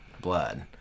blood